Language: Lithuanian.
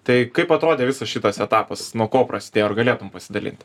tai kaip atrodė visas šitas etapas nuo ko prasidėjo ar galėtum pasidalinti